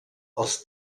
els